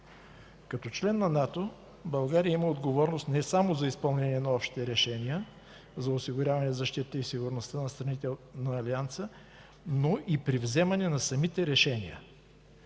Като член на НАТО България има отговорност не само за изпълнение на общите решения за осигуряване защитата и сигурността на страните от Алианса, но и при взимане на самите решения.